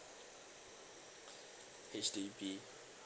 H_D_B